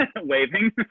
waving